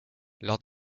lors